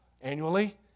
annually